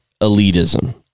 elitism